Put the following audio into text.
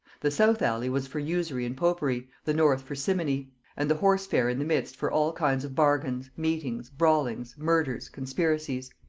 the south alley was for usury and popery, the north for simony and the horse fair in the midst for all kind of bargains, meetings, brawlings, murders, conspiracies.